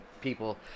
people